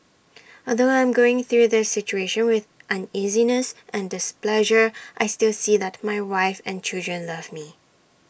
although I'm going through this situation with uneasiness and displeasure I still see that my wife and children love me